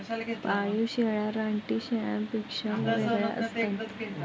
पाळीव शेळ्या रानटी शेळ्यांपेक्षा वेगळ्या असतात